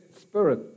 spirit